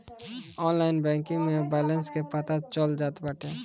online banking में balance के पता चल जात बाटे